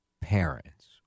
parents